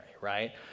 right